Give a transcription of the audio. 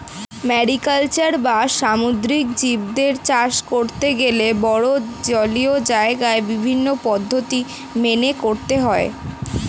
mariculture বা সামুদ্রিক জীবদের চাষ করতে গেলে বড়ো জলীয় জায়গায় বিভিন্ন পদ্ধতি মেনে করতে হয়